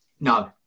no